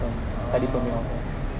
oh